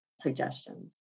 suggestions